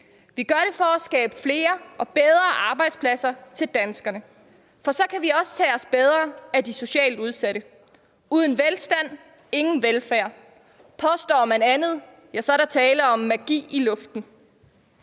vi gør det for at skabe flere og bedre arbejdspladser til danskerne, for så kan vi også tage os bedre af de socialt udsatte. Uden velstand, ingen velfærd. Påstår man andet, er der tale om magi i luften.